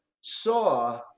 saw